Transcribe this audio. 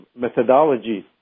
methodology